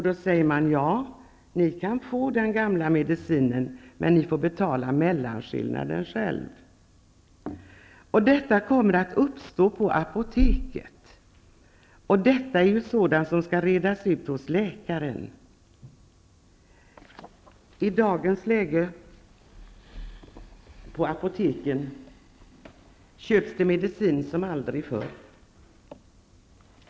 Då säger man: ''Ja, ni kan få den gamla medicinen, men ni får betala mellanskillnaden själv.'' Denna situation kommer att uppstå på apoteket, och det här är ju sådant som skall redas ut hos läkaren. I dagens läge köps det på apoteken medicin som aldrig förr.